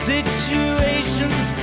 Situation's